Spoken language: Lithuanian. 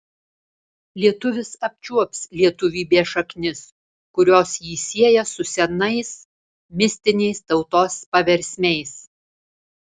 lietuvis apčiuops lietuvybės šaknis kurios jį sieja su senais mistiniais tautos paversmiais